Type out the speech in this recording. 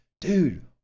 Dude